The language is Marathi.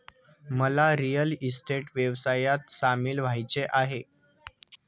मला रिअल इस्टेट व्यवसायात सामील व्हायचे आहे